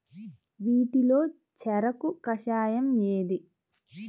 వీటిలో చెరకు కషాయం ఏది?